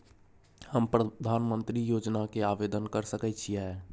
हम प्रधानमंत्री योजना के आवेदन कर सके छीये?